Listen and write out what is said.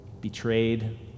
betrayed